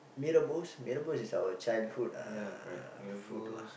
mee rebus mee rebus is our child food uh food lah